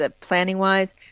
planning-wise